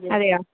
അതെയോ